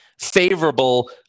favorable